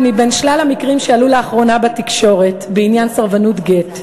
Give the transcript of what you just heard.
מבין שלל המקרים שעלו לאחרונה בתקשורת בעניין סרבנות גט.